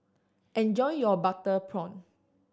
enjoy your butter prawn